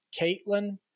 Caitlin